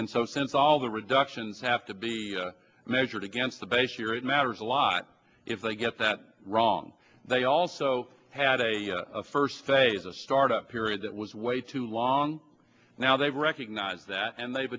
and so since all the reductions have to be measured against the base year it matters a lot if they get that wrong they also had a first phase a start up period that was way too long now they've recognized that and they've